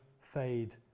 fade